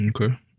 Okay